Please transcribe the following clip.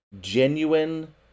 Genuine